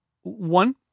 One